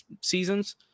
seasons